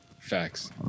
Facts